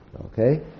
Okay